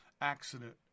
accident